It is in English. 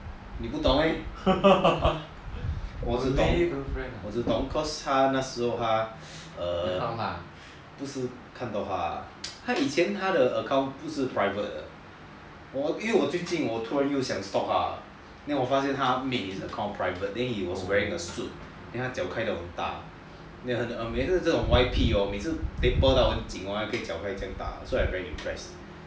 你不懂 meh 我只懂 cause 那时候他 err 不是看到他 err 他以前他的 account 不是 private 因为我最近又想 stalk 他 then 我发现他 make his account private then he was wearing a suit then 他的脚开到很大每次这种 Y_P hor taper 到很紧 hor 脚还可以开这样大 so I'm very impressed